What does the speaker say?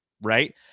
right